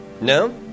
No